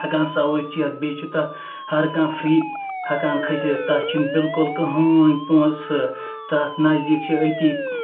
ہیٚکان سَوٲرۍ چٮ۪تھ بییٚہِ چھُ تَتھ ہَر کانٛہہ فری ہیٚکان کھٔسِتھ تَتھ چھِنہٕ بِلکُل کہٕنۍ پونٛسہٕ تَتھ نَذدیک چھُ أتی